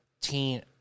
teen